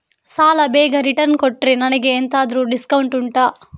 ಸಾಲ ಬೇಗ ರಿಟರ್ನ್ ಕೊಟ್ರೆ ನನಗೆ ಎಂತಾದ್ರೂ ಡಿಸ್ಕೌಂಟ್ ಉಂಟಾ